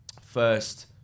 first